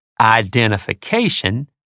identification